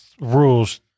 rules